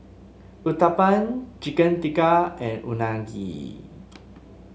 Uthapam Chicken Tikka and Unagi